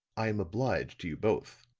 i am obliged to you both,